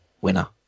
winner